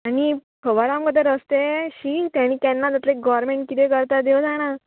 आनी खबर हां मुगो तें रस्ते शी तें आणी केन्ना जातलें गोरमेंट किदें करता देव जाणा